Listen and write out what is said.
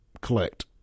collect